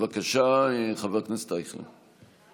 בבקשה, חבר הכנסת אייכלר.